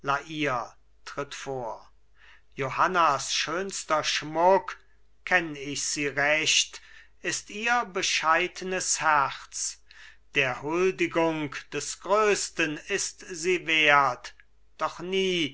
tritt vor johannas schönster schmuck kenn ich sie recht ist ihr bescheidnes herz der huldigung des größten ist sie wert doch nie